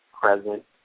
present